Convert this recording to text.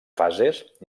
fases